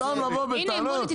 סתם לבוא בטענות?